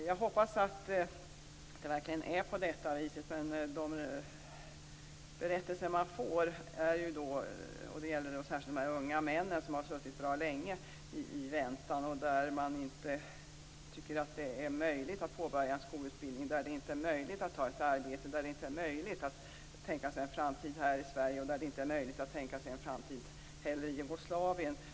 Jag hoppas att det verkligen är så som statsrådet säger, men man får höra många berättelser, särskilt om de unga män som har suttit länge i väntan. De tycker att det inte är möjligt att påbörja skolutbildning, inte är möjligt att ta ett arbete, inte är möjligt att tänka sig en framtid här i Sverige och inte heller möjligt att tänka sig en framtid i Jugoslavien.